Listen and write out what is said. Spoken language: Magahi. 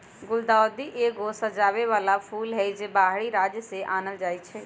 गुलदाऊदी एगो सजाबे बला फूल हई, जे बाहरी राज्य से आनल जाइ छै